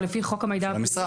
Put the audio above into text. אבל הוא לפי חוק המידע הפלילי,